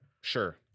Sure